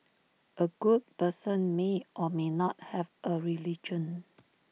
A good person may or may not have A religion